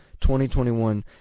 2021